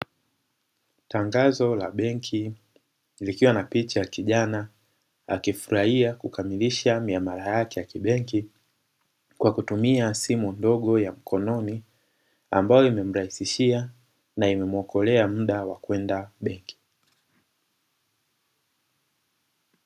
Tangazo la benki likiwa na picha ya kijana akifurahia kukamilisha miamala yake ya kibenki kwa kutumia simu ndogo ya mkononi ambayo imemrahisishia na imemwokolea muda wa kwenda benki.